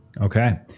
Okay